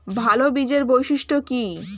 ভাল বীজের বৈশিষ্ট্য কী?